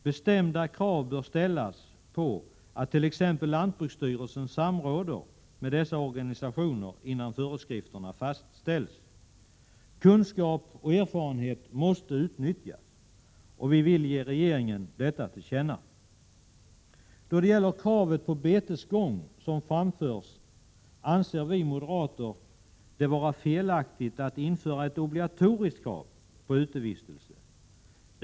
Bestämda krav bör ställas på att t.ex. lantbruksstyrelsen samråder med dessa organisationer innan föreskrifterna fastställs. Kunskap och erfarenhet måste utnyttjas. Vi vill ge regeringen detta till känna. Då det gäller kravet på betesgång som framförs anser vi moderater det vara felaktigt att införa ett obligatoriskt krav på utevistelse.